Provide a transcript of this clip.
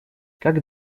как